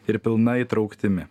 ir pilna įtrauktimi